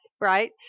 right